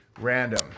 random